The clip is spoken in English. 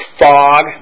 fog